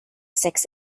six